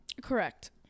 Correct